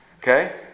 Okay